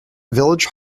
village